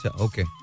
okay